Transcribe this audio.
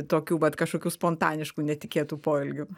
tokių vat kažkokių spontaniškų netikėtų poelgių